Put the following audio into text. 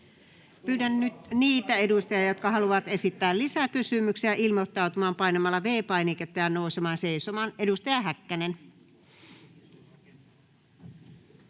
Pyydän nyt niitä edustajia, jotka haluavat esittää lisäkysymyksiä, ilmoittautumaan painamalla V-painiketta ja nousemalla seisomaan. — Edustaja Häkkänen.